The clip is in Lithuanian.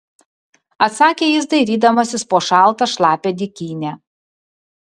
atsakė jis dairydamasis po šaltą šlapią dykynę